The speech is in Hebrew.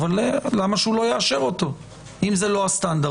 למה שהוא לא יאשר אם זה לא הסטנדרט?